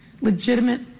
legitimate